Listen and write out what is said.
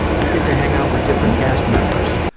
we get to hang out with different cast members,